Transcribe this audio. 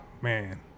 Man